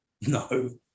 no